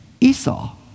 Esau